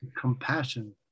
compassion